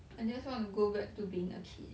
I just want to go back to being a kid